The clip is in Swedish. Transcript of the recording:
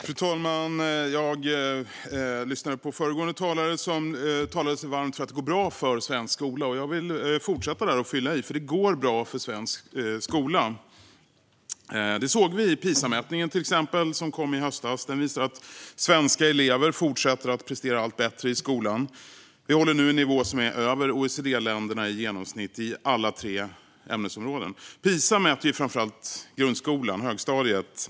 Fru talman! Jag lyssnade på föregående talare som talade sig varm för svensk skola och sa att det går bra för skolan. Jag vill fortsätta där och fylla i: Det går bra för svensk skola. Det såg vi till exempel i den PISA-mätning som kom i höstas. Den visade att svenska elever fortsätter att prestera allt bättre i skolan. Vi håller nu en nivå som är över OECD-ländernas genomsnitt i alla tre ämnesområden. PISA mäter framför allt grundskolan och högstadiet.